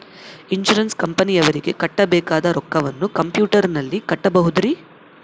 Insurance ಕಂಪನಿಯವರಿಗೆ ಕಟ್ಟಬೇಕಾದ ರೊಕ್ಕವನ್ನು ಕಂಪ್ಯೂಟರನಲ್ಲಿ ಕಟ್ಟಬಹುದ್ರಿ?